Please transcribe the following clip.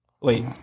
Wait